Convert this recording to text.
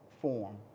form